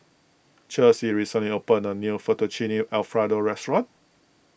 Chelsy recently opened a new Fettuccine Alfredo restaurant